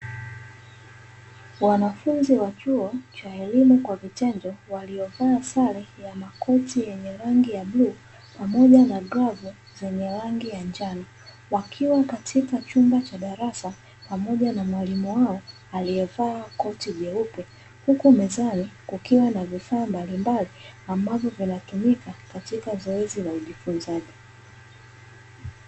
Wanafunzi wa chuo cha elimu kwa vitendo waliovaa sare ya makoti yenye rangi ya bluu pamoja na glavu zenye rangi ya njano, wakiwa katika chumba cha darasa pamoja na mwalimu wao aliyevaa koti jeupe, huku mezani kukiwa na vifaa mbalimbali ambavyo vinatumika katika zoezi la ujifunzaji.